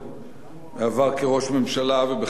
ובחמש השנים האחרונות כשר ביטחון,